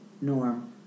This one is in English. Norm